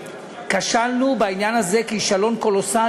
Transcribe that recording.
המציאות היא שאנחנו בסופו של דבר כשלנו בעניין הזה כישלון קולוסלי.